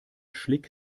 schlick